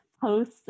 Post